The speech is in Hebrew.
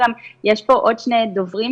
יש פה עוד שני דוברים,